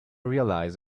realized